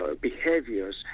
behaviors